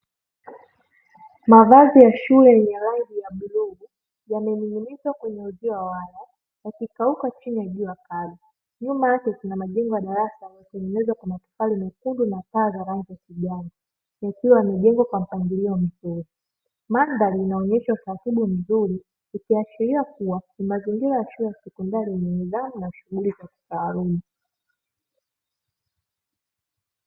Mavazi ya shule yenye rangi ya bluu yamening'inizwa kwenye uzio wa waya yakikauka chini ya jua kali, nyuma yake kuna majengo yaliyotengenezwa kwa matofari mekundu na paa za rangi ya kijani, ikiwa yamejengwa kwa mpangalio mzuri, mandhari inaonyesha utaratibu mzuri ikiashiria kuwa ni mazingira ya shule ya sekondari yenye nidhamu na shughuli za kitaaluma.